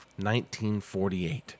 1948